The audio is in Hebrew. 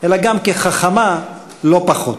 אלא כחכמה לא פחות.